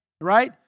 right